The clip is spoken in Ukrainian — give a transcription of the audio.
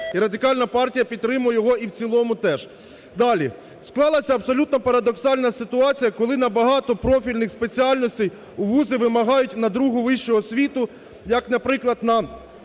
і Радикальна партія підтримує його і в цілому теж. Далі. Склалася абсолютно парадоксальна ситуація, коли набагато профільних спеціальностей у вузи вимагають на другу вищу освіту, як, наприклад, на